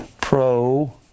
Pro